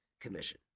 commission